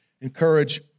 encourage